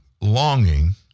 longing